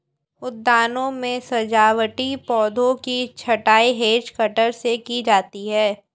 उद्यानों में सजावटी पौधों की छँटाई हैज कटर से की जाती है